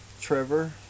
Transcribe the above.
Trevor